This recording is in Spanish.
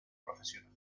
profesional